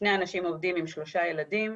שני אנשים עובדים עם שלושה ילדים.